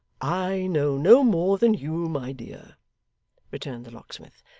i know no more than you, my dear returned the locksmith,